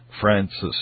Francis